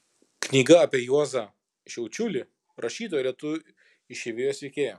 knyga apie juozą šiaučiulį rašytoją lietuvių išeivijos veikėją